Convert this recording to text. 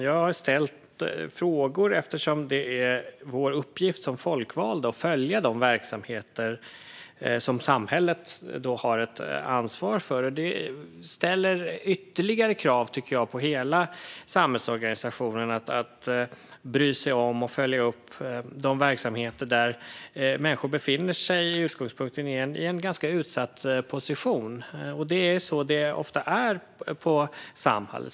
Jag har ställt frågor eftersom det är vår uppgift som folkvalda att följa de verksamheter som samhället har ett ansvar för. Det ställer ytterligare krav på hela samhällsorganisationen att bry sig om och följa upp de verksamheter där människor i utgångspunkten befinner sig i en ganska utsatt position. Det är ofta så det är på Samhall.